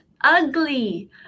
ugly